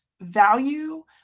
value